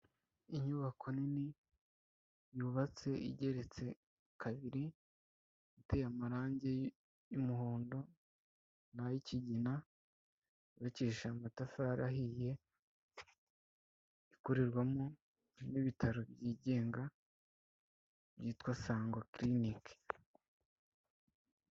Inyubako nini yubatse igeretse kabiri, iteye amarangi y'umuhondo n' ay'ikigina. Yubakisha amatafari ahiye ikorerwamo n'ibitaro byigenga byitwa Sango kiriniki.